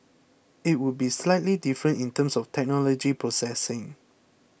it would be slightly different in terms of technology processing